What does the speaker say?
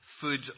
food